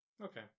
Okay